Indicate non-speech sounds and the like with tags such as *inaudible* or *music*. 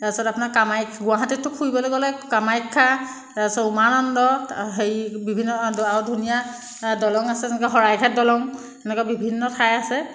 তাৰপিছত আপোনাৰ কামাখ্যা গুৱাহাটীতটো ফুৰিবলৈ গ'লে কামাখ্যা তাৰপিছত উমানন্দ *unintelligible* হেৰি বিভিন্ন আৰু ধুনীয়া দলং আছে যেনেকৈ শৰাইঘাট দলং এনেকৈ বিভিন্ন ঠাই আছে